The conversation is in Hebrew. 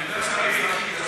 תתייחס לזה.